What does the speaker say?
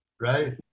right